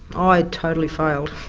i totally failed